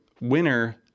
winner